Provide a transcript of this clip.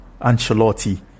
ancelotti